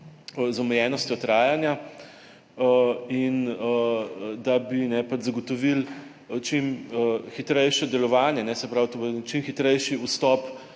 omejenostjo trajanja. Da bi zagotovili čim hitrejše delovanje, da bo čim hitrejši vstop